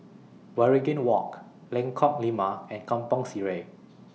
Waringin Walk Lengkok Lima and Kampong Sireh